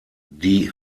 die